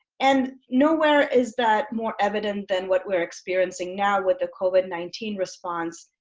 and nowhere is that more evident than what we're experiencing now with the covid nineteen response.